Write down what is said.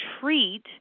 treat